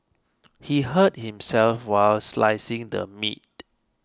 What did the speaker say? he hurt himself while slicing the meat